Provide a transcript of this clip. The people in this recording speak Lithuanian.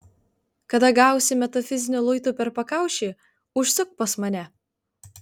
kada gausi metafiziniu luitu per pakaušį užsuk pas mane